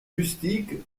rustiques